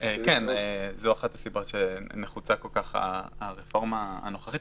זו אחת הסיבות שנחוצה כל-כך הרפורמה הנוכחית.